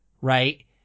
right